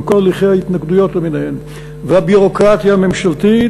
עם כל הליכי ההתנגדויות למיניהם והביורוקרטיה הממשלתית,